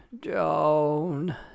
Joan